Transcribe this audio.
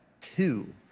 two